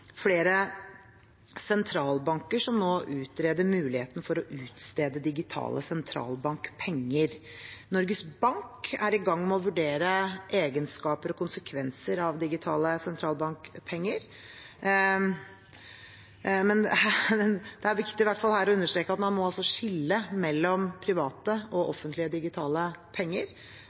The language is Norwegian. flere sentralbanker som nå utreder muligheten for å utstede digitale sentralbankpenger. Norges Bank er i gang med å vurdere egenskaper og konsekvenser av digitale sentralbankpenger, men det er i hvert fall viktig her å understreke at man må skille mellom private og offentlige digitale penger.